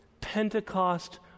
Pentecost